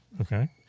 Okay